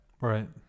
Right